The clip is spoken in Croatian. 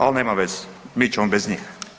Al nema veze, mi ćemo bez njih.